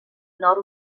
nord